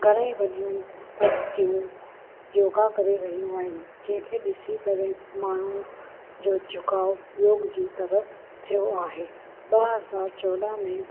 घणेई वॾियूं हस्तियूं योगा करे रहियूं आहिनि जंहिं खे ॾिसी करे माण्हू जो झुकाव योग जी तरफ़ु थियो आहे ॿ हज़ार चोॾहां में